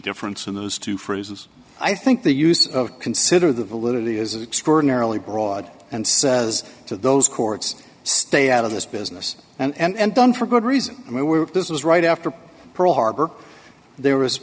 difference in those two phrases i think the use of consider the validity is extraordinarily broad and says to those courts stay out of this business and done for good reason we were this was right after pearl harbor there was